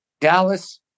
Dallas